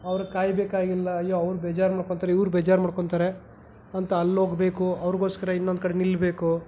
ಅವ್ರ್ಗೆ ಕಾಯಬೇಕಾಗಿಲ್ಲ ಅಯ್ಯೋ ಅವ್ರು ಬೇಜಾರು ಮಾಡ್ಕೊತಾರೆ ಇವ್ರು ಬೇಜಾರು ಮಾಡ್ಕೊಳ್ತಾರೆ ಅಂತ ಅಲ್ಲೋಗಬೇಕು ಅವ್ರಿಗೋಸ್ಕರ ಇನ್ನೊಂದು ಕಡೆ ನಿಲ್ಲಬೇಕು